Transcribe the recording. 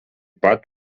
pat